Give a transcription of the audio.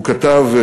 הוא כתב,